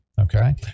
Okay